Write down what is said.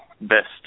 best